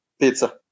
pizza